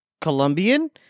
Colombian